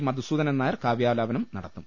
മധുസൂദനൻ നായർ കാവ്യാലാപനം നടത്തും